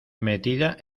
metida